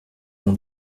mon